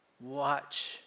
watch